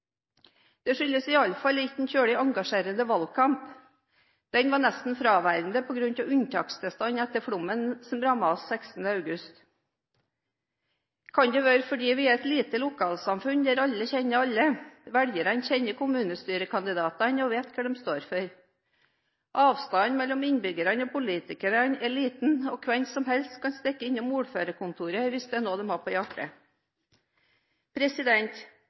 Det skyldes iallfall ikke en veldig engasjerende valgkamp, den var nesten fraværende på grunn av unntakstilstand etter flommen som rammet oss 16. august. Kan det være fordi vi er et lite lokalsamfunn der alle kjenner alle? Velgerne kjenner kommunestyrekandidatene og vet hva de står for. Avstanden mellom innbyggerne og politikerne er liten, og hvem som helst kan stikke innom ordførerkontoret hvis det er noe de har på